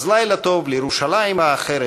אז לילה טוב לירושלים האחרת,